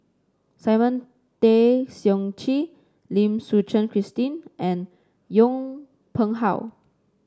Simon Tay Seong Chee Lim Suchen Christine and Yong Pung How